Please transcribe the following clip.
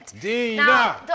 Dina